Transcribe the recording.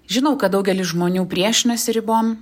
žinau kad daugelis žmonių priešinasi ribom